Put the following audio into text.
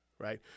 Right